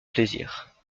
plaisir